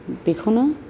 बेखौनो